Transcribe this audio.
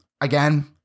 again